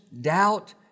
doubt